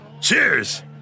Cheers